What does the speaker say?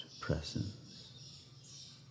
presence